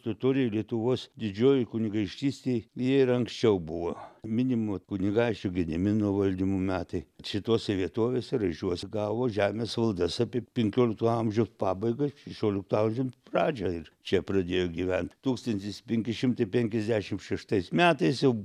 totoriai lietuvos didžiojoj kunigaikštystėj jie ir anksčiau buvo minimo kunigaikščio gedimino valdymo metai šitose vietovėse raižiuos gavo žemės valdas apie penkiolikto amžiaus pabaigą šešiolikto amžiau pradžią ir čia pradėjo gyvent tūkstantis penki šimtai penkiasdešim šeštais metais jau